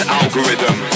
algorithm